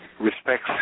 respects